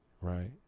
right